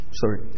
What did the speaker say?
sorry